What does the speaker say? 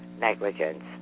negligence